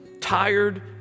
tired